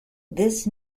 this